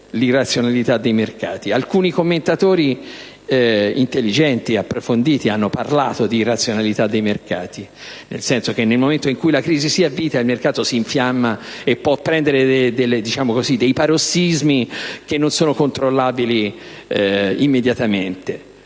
l'irrazionalità dei mercati. Alcuni commentatori intelligenti ed approfonditi hanno parlato di irrazionalità dei mercati, nel senso che nel momento in cui la crisi si avvita, il mercato si infiamma e può prendere dei parossismi che non sono non controllabili immediatamente;